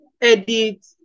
edit